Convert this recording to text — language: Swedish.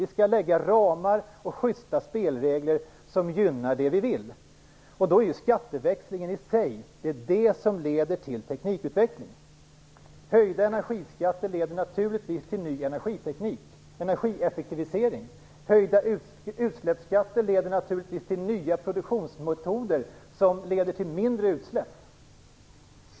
Vi skall ange ramar och sjysta spelregler som gynnar det vi vill. Och är det skatteväxlingen i sig som leder till teknikutveckling. Höjda energiskatter leder naturligtvis till ny energiteknik och energieffektivisering. Höjda utsläppsskatter leder naturligtvis till nya produktionsmetoder som leder till mindre utsläpp.